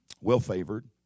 well-favored